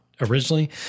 originally